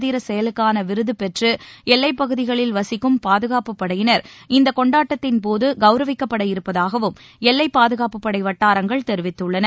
தீர செயலுக்கான விருது பெற்று எல்லைப்பகுதிகளில் வசிக்கும் பாதுகாப்பு படையினர் இந்த கொண்டாட்டத்தின்போது கௌரவிக்கப்பட இருப்பதாகவும் எல்லைப் பாதுகாப்புப்படை வட்டாரங்கள் தெரிவித்துள்ளன